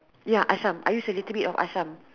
ya Asam I use a little bit of Asam